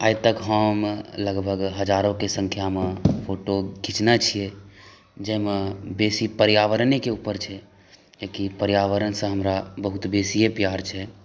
आइ तक हम लगभग हजारो के संख्या मे फोटो खीचने छियै जाहि मे बेसी पर्यावरणे के ऊपर छै किएकि पर्यावरणसँ हमरा बहुत बेसीये प्यार छै